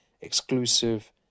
exclusive